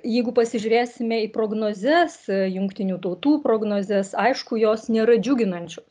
jeigu pasižiūrėsime į prognozes jungtinių tautų prognozes aišku jos nėra džiuginančios